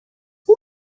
اون